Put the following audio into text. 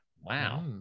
wow